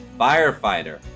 firefighter